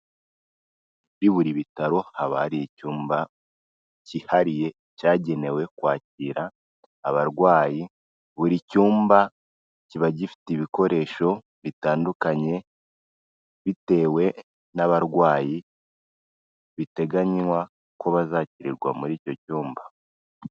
Kuri buri bitaro haba hari icyumba cyihariye cyagenewe kwakira abarwayi, buri cyumba kiba gifite ibikoresho bitandukanye bitewe n'abarwayi biteganywa ko bazakirirwa muri icyo cyumba.